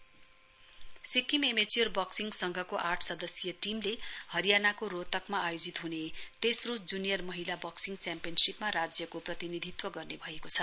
boxing championship Sikkim amateur boxing संघको आठ सदस्यीय टीमले हरियाणाको रोहतकमा आयोजित हुने तेस्रो जुनियर महिना बक्सिङ च्याम्पियनशीपमा राज्यको प्रतिनिधित्व गर्ने भएको छ